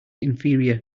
inferior